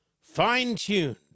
fine-tuned